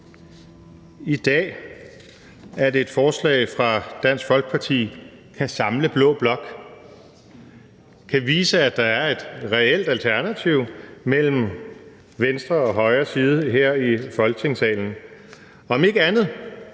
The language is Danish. i dag, at et forslag fra Dansk Folkeparti kan samle blå blok og kan vise, at der er et reelt alternativ mellem venstre og højre side her i Folketingssalen. Om ikke andet